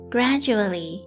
Gradually